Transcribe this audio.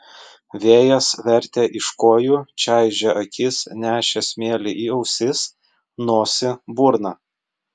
vėjas vertė iš kojų čaižė akis nešė smėlį į ausis nosį burną